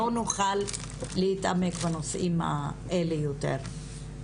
ולא נוכל להתעמק בנושאים האלה יותר.